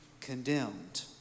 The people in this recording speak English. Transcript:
condemned